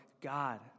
God